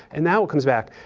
and, now what comes back?